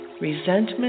resentment